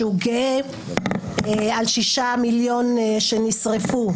שהוא גאה על שישה מיליון שנשרפו.